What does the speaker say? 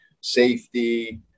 safety